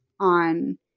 on